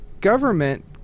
government